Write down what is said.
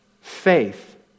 faith